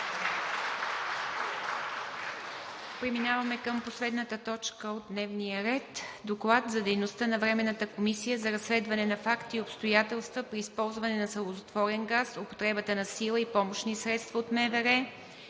представители на 21 юли 2021 г. 7. Доклад за дейността на Временната комисия за разследване на факти и обстоятелства при използване на сълзотворен газ, употребата на сила и помощни средства от МВР,